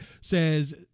says